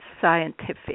scientific